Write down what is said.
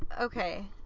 okay